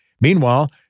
Meanwhile